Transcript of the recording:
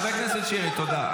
חבר הכנסת שירי, תודה.